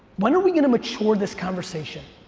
when are we gonna mature this conversation?